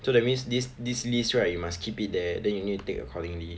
so that means this this list right you must keep it there then you need to take accordingly